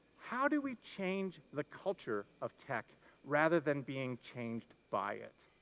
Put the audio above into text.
how do we change the culture of tech rather than being changed by it?